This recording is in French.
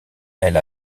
elle